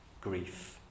grief